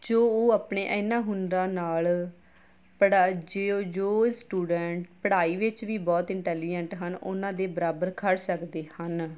ਜੋ ਉਹ ਆਪਣੇ ਇਹਨਾਂ ਹੁਨਰਾ ਨਾਲ ਬੜਾ ਜੇ ਉਹ ਜੋ ਸਟੂਡੈਂਟ ਪੜ੍ਹਾਈ ਵਿੱਚ ਵੀ ਬਹੁਤ ਇੰਟੈਲੀਜੈਂਟ ਹਨ ਉਹਨਾਂ ਦੇ ਬਰਾਬਰ ਖੜ੍ਹ ਸਕਦੇ ਹਨ